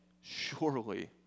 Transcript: surely